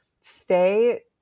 stay